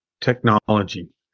Technology